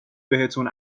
بهتون